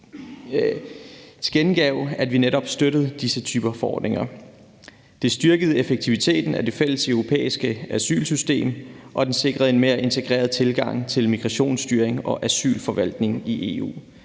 tilkendegav, at vi netop støttede disse typer forordninger. Det styrkede effektiviteten af det fælles europæiske asylsystem, og den sikrede en mere integreret tilgang til migrationsstyring og asylforvaltning i EU.